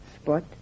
spot